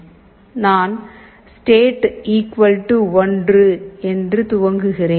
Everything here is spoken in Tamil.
நான் ஸ்டேட் 1 state1 என்று துவக்குகிறேன்